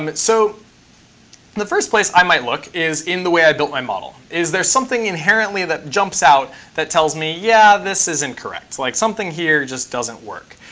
um so the first place i might look is in the way i built my model. is there something inherently that jumps out that tells me, yeah, this is incorrect, like something here just doesn't work?